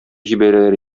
җибәрәләр